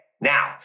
Now